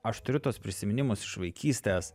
aš turiu tuos prisiminimus iš vaikystės